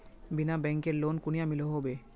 बिना बैंकेर लोन कुनियाँ मिलोहो होबे?